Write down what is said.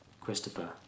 Christopher